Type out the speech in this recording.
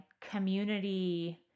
community